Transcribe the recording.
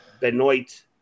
Benoit